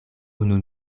unu